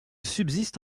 subsiste